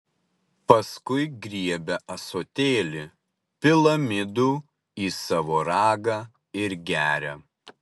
paskui griebia ąsotėlį pila midų į savo ragą ir geria